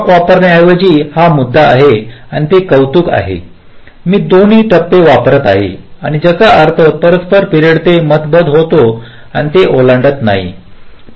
clock वापरण्याऐवजी हा मुद्दा आहे आणि ते कौतुक आहे मी दोन टप्पे वापरत आहे ज्याचा अर्थ परस्पर पिरियडत मतभेद होतो ते ओलांडत नाहीत